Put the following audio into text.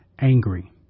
angry